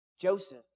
Joseph